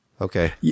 Okay